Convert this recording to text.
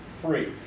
free